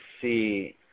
see